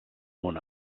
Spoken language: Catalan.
mon